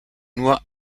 nur